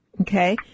Okay